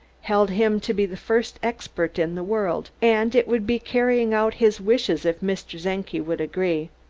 held him to be the first expert in the world, and it would be carrying out his wishes if mr. czenki would agree.